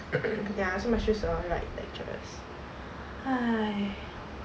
ya so must choose the right lecturers !hais!